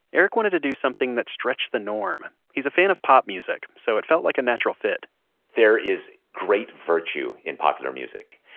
eric wanted to do something that stretched the norm. he's a fan of pop music, so it felt like a natural fit there is great virtue in popular music.